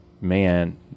man